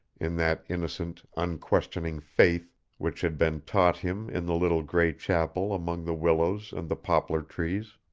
in that innocent, unquestioning faith which had been taught him in the little gray chapel among the willows and the poplar-trees.